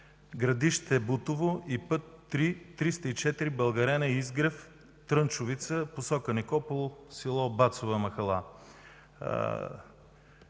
Градище – Бутово и път ІІІ-304 Българене – Изгрев – Трънчовица в посока Никопол село Бацова махала.